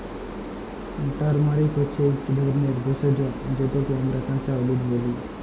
turmeric হছে ইক ধরলের ভেষজ যেটকে আমরা কাঁচা হলুদ ব্যলি